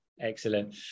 Excellent